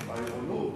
אבל בערנות.